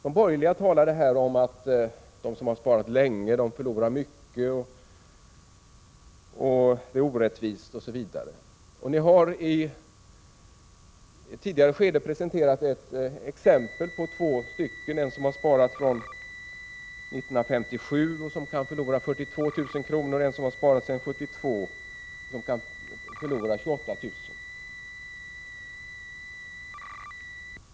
De borgerliga talade här om att de som har sparat länge förlorar mycket, att det är orättvist osv. Ni har i ett tidigare skede presenterat två exempel. En person som har sparat sedan 1957 sägs kunna förlora 42 000 kr., och en som har sparat sedan 1972 sägs kunna förlora 28 000 kr.